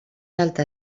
alta